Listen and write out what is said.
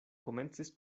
komencis